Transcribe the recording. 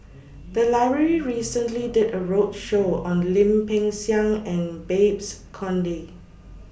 The Library recently did A roadshow on Lim Peng Siang and Babes Conde